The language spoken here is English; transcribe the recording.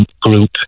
group